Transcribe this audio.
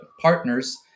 partners